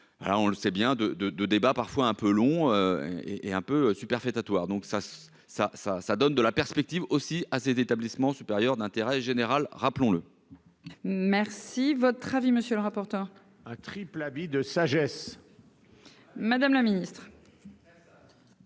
on le sait bien, de, de, de débats parfois un peu long et et un peu superfétatoire, donc ça ça ça ça donne de la perspective aussi à cet établissement supérieur d'intérêt général, rappelons-le. Merci, votre avis, monsieur le rapporteur. Triple avis de sagesse. Madame la Ministre.